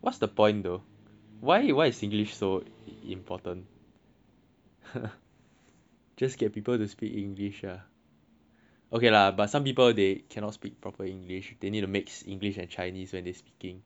what's the point though why why is singlish so important !huh! just get people to speak english sia okay lah but some people they can not speak proper english they need to mix english and chinese when they speaking